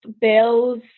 bills